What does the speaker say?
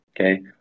Okay